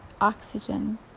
oxygen